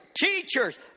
Teachers